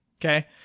okay